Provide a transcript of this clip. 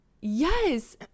yes